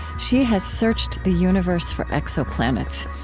she has searched the universe for exoplanets,